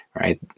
right